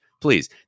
please